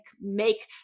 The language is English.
make